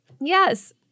Yes